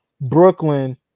Brooklyn